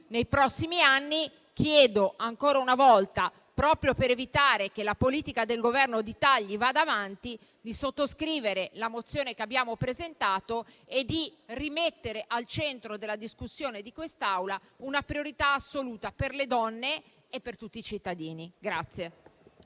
nei prossimi anni, chiedo ancora una volta, proprio per evitare che la politica dei tagli del Governo vada avanti, di sottoscrivere la mozione che abbiamo presentato e di rimettere al centro della discussione di quest'Aula una priorità assoluta per le donne e per tutti i cittadini.